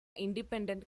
independent